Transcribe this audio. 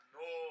no